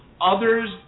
others